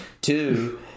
Two